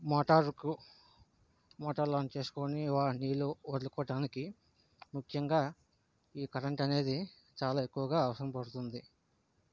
మోటార్కు మోటార్లు ఆన్ చేసుకోని వ నీళ్ళు వదులుకోటానికి ముఖ్యంగా ఈ కరెంట్ అనేది చాలా ఎక్కువగా అవసరం పడుతుంది